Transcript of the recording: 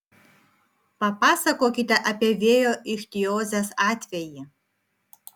papasakokite apie vėjo ichtiozės atvejį